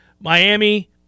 Miami